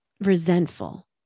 resentful